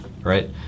right